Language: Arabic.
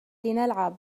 لنلعب